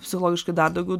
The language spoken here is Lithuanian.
psichologiškai dar daugiau